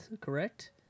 correct